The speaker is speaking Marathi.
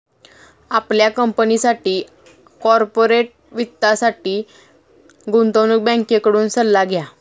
आपल्या कंपनीसाठी कॉर्पोरेट वित्तासाठी गुंतवणूक बँकेकडून सल्ला घ्या